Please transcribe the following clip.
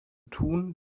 tun